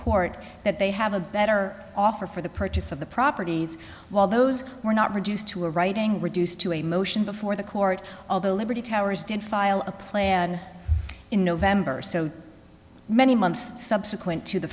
court that they have a better offer for the purchase of the properties while those who were not reduced to writing reduced to a motion before the court although liberty towers did file a plan in november so many months subsequent to the